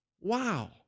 Wow